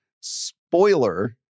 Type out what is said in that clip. spoiler